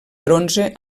bronze